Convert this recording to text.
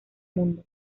mundo